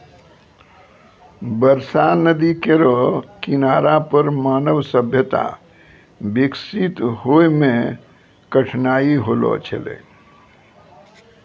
बरसा नदी केरो किनारा पर मानव सभ्यता बिकसित होय म कठिनाई होलो छलै